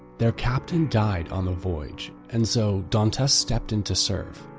their captain died on the voyage and so dantes stepped in to serve,